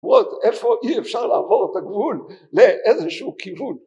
‫איפה אי אפשר לעבור את הגבול ‫לאיזשהו כיוון.